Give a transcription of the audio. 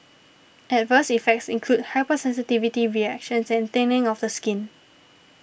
adverse effects include hypersensitivity reactions and thinning of the skin